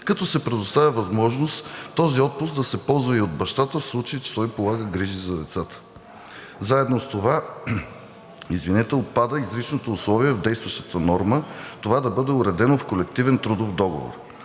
като се предоставя възможност този отпуск да се ползва и от бащата, в случай че той полага грижи за децата. Заедно с това отпада изричното условие в действащата норма това да бъде уредено в колективен трудов договор.